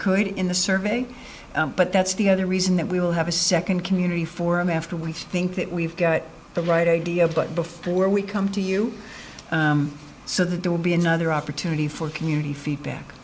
could in the survey but that's the other reason that we will have a second community forum after we think that we've got the right idea but before we come to you so that there will be another opportunity for community